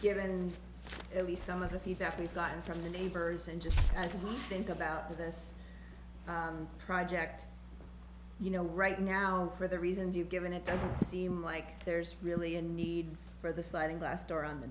given at least some of the few that we've gotten from the neighbors and just as you think about this project you know right now for the reasons you've given it doesn't seem like there's really a need for the sliding glass door on the